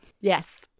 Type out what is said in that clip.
Yes